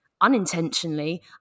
unintentionally